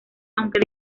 aunque